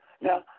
Now